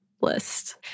list